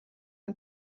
der